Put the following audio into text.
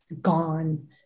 gone